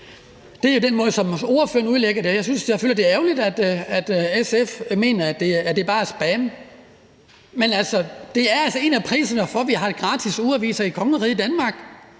Det er den måde, ordføreren udlægger det på. Jeg synes selvfølgelig, det er ærgerligt, at SF mener, at det bare er spam, men det er altså en af priserne for, at vi har gratis ugeaviser i kongeriget Danmark,